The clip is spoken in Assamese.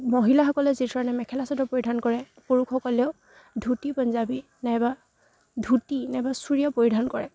মহিলাসকলে যি ধৰণে মেখেলা চাদৰ পৰিধান কৰে পুৰুষসকলেও ধুতি পঞ্জাৱী নাইবা ধুতি নাইবা চুৰিয়া পৰিধান কৰে